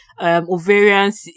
ovarians